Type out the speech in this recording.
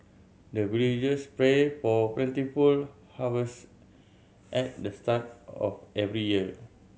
the villagers pray for plentiful harvest at the start of every year